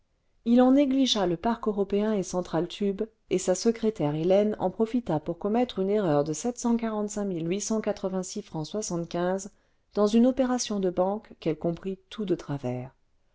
il en négligea le parc européen et central tube et sa secrétaire hélène en profita pour commettre une erreur de fr dans une opération de banque qu'elle comprit tout de travers